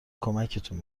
کمکتون